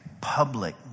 public